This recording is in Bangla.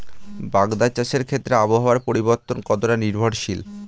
বাগদা চাষের ক্ষেত্রে আবহাওয়ার পরিবর্তন কতটা নির্ভরশীল?